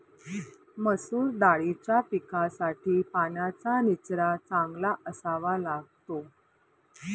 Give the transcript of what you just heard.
मसूर दाळीच्या पिकासाठी पाण्याचा निचरा चांगला असावा लागतो